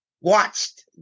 watched